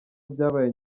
byabaye